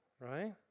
right